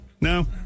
no